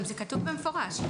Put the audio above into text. גם זה כתוב במפורש.